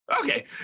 Okay